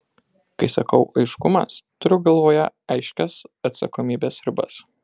kai sakau aiškumas turiu galvoje aiškias atsakomybės ribas